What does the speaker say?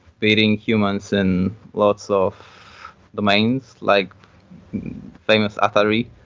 beating humans in lots of domains, like famous atari,